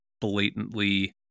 blatantly